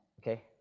okay